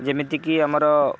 ଯେମିତିକି ଆମର